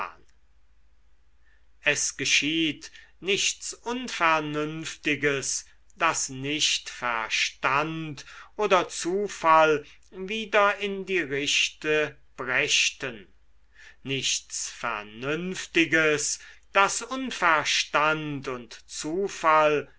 es geschieht nichts unvernünftiges das nicht verstand oder zufall wieder in die richte brächten nichts vernünftiges das unverstand und zufall